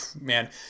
man